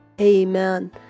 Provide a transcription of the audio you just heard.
Amen